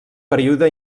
període